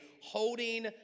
holding